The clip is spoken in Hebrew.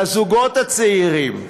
לזוגות הצעירים,